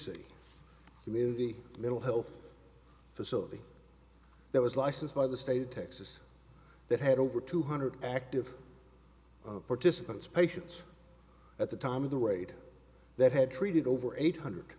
c community mental health facility that was licensed by the state of texas that had over two hundred active participants patients at the time of the raid that had treated over eight hundred